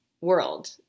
world